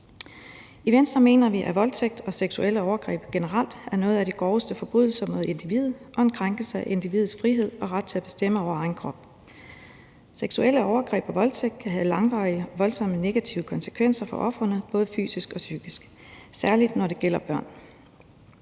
I Venstre mener vi, at voldtægt og seksuelle overgreb generelt er nogle af de groveste forbrydelser mod individet og en krænkelse af individets frihed og ret til at bestemme over egen krop. Seksuelle overgreb og voldtægt kan have langvarige og voldsomme negative konsekvenser for ofrene, både fysisk og psykisk, særlig når det gælder børn.